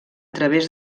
través